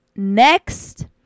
next